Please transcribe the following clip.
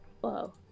Whoa